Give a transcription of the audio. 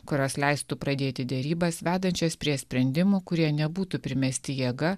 kurios leistų pradėti derybas vedančias prie sprendimų kurie nebūtų primesti jėga